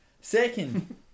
Second